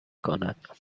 کند